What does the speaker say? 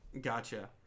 Gotcha